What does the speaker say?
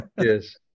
Yes